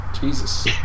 Jesus